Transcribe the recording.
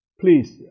please